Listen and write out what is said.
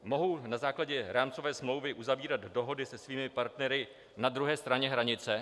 Mohou na základě rámcové smlouvy uzavírat dohody se svými partnery na druhé straně hranice?